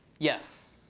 yes.